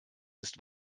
ist